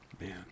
Man